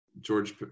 George